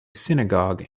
synagogue